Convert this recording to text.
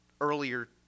earlier